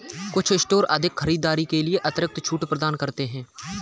कुछ स्टोर अधिक खरीदारी के लिए अतिरिक्त छूट प्रदान करते हैं